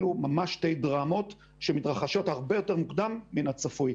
אלה ממש שתי דרמות שמתרחשות הרבה יותר מוקדם מהצפוי.